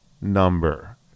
number